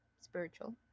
spiritual